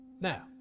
Now